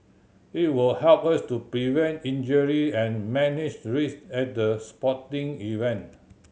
it will help us to prevent injury and manage risks at the sporting event